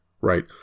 right